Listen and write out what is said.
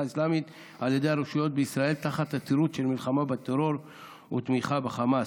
האסלאמית על ידי הרשויות בישראל תחת התירוץ של מלחמה בטרור ותמיכה בחמאס.